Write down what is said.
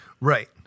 Right